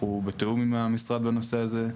אנחנו בתאום עם המשרד בנושא הזה.